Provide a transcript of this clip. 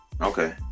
Okay